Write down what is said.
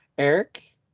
eric